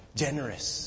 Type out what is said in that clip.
generous